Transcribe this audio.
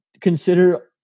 consider